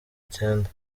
cyenda